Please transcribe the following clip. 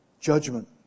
judgment